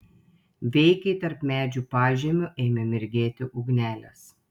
veikiai tarp medžių pažemiu ėmė mirgėti ugnelės